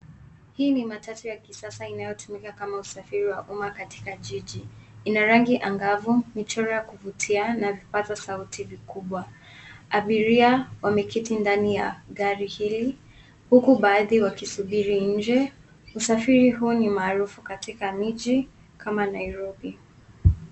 Hii ni matatu ya kisasa inayotumika kama usafiri wa umma katika jiji. Ina rangi angavu, michoro ya kuvutia na vipaza sauti vikubwa. Abiria wameketi ndani ya gari hili huku baadhi wakisubiri nje. Usafiri huu ni maarufu katika miji kama Nairobi.